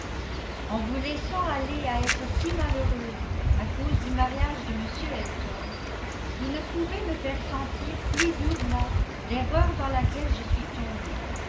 en vous laissant aller à être si malheureuse à cause du mariage de m elton vous ne pouvez me faire sentir plus durement l'erreur dans laquelle je suis tombée